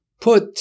put